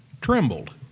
trembled